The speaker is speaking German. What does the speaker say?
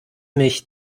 mich